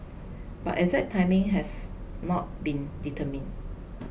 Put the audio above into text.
but exact timing has not been determined